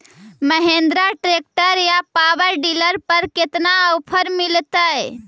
Mahindra tractor या power dealer पर कितना ओफर मीलेतय?